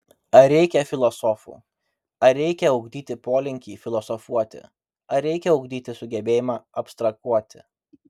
ar reikia filosofų ar reikia ugdyti polinkį filosofuoti ar reikia ugdyti sugebėjimą abstrahuoti